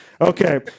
Okay